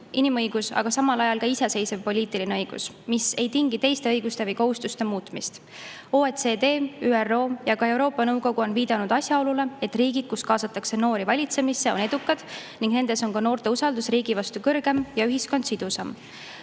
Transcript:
inimõigus, aga samal ajal ka iseseisev poliitiline õigus, mis ei tingi teiste õiguste või kohustuste muutmist. OECD, ÜRO ja ka Euroopa Nõukogu on viidanud asjaolule, et riigid, kus kaasatakse noori valitsemisse, on edukad ning nendes on ka noorte usaldus riigi vastu kõrgem ja ühiskond sidusam.